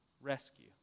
rescue